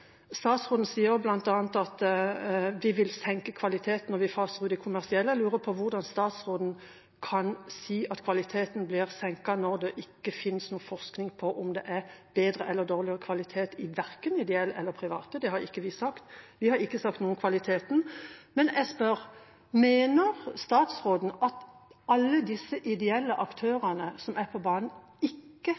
Statsråden sier bl.a. at vi vil senke kvaliteten når vi faser ut de kommersielle. Jeg lurer på hvordan statsråden kan si at kvaliteten blir senket, når det ikke finnes noen forskning på om det er bedre eller dårligere kvalitet, verken hos de ideelle eller hos de private. Det har ikke vi sagt – vi har ikke sagt noe om kvaliteten. Men jeg spør: Mener statsråden at alle disse ideelle aktørene som er på banen, ikke